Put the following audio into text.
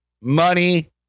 money